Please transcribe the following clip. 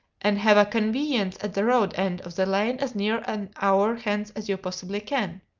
and have a conveyance at the road-end of the lane as near an hour hence as you possibly can?